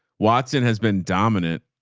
watson has been dominant.